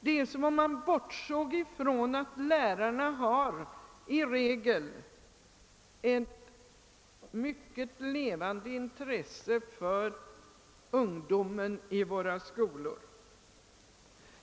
Det är som om man bortsåg från att lärarna i regel har ett mycket levande intresse för ungdomen i våra skolor.